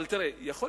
אבל יכול להיות,